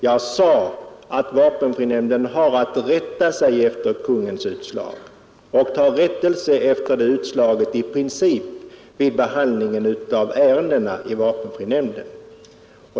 Jag sade att vapenfrinämnden har att rätta sig efter Kungl. Maj:ts utslag och att i princip ta rättelse efter detta utslag vid behandlingen av ärenden i vapenfrinämnden.